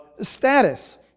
status